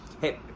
hey